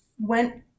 went